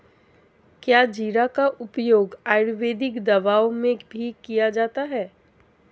क्या जीरा का उपयोग आयुर्वेदिक दवाओं में भी किया जाता है?